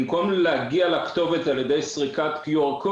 במקום להגיע לכתובת על ידי סריקת קוד OR,